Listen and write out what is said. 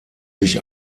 sich